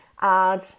add